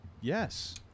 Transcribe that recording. Yes